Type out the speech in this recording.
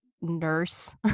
nurse